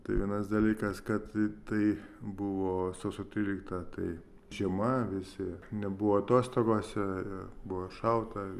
tai vienas dalykas kad tai buvo sausio trylikta tai žiema visi nebuvo atostogose buvo šalta